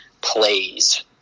plays